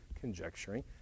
conjecturing